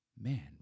Man